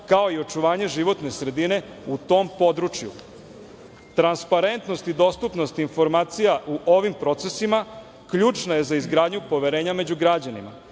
kao i očuvanje životne sredine u tom području. Transparentnost i dostupnost informacija u ovim procesima ključna je za izgradnju poverenja među građanima.